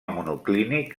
monoclínic